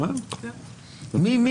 מי?